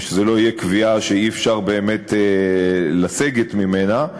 ושזה לא יהיה קביעה שאי-אפשר באמת לסגת ממנה,